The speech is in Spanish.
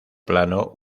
plano